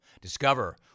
Discover